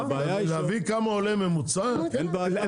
להביא כמה עולה ממוצע אין בעיה.